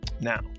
now